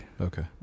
Okay